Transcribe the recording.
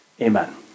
Amen